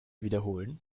wiederholen